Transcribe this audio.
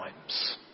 times